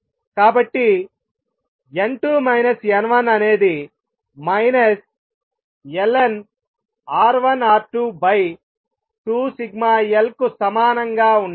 కాబట్టి n2 n1 అనేది lnR1R22l కు సమానంగా ఉండాలి